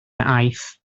aeth